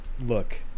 look